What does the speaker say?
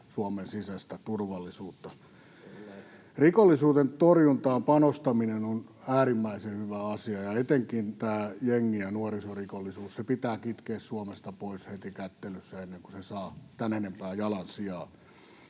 Suomen sisäistä turvallisuutta. Rikollisuuden torjuntaan panostaminen on äärimmäisen hyvä asia, ja etenkin tämä jengi- ja nuorisorikollisuus pitää kitkeä Suomesta pois heti kättelyssä, ennen kuin se saa tämän enempää jalansijaa.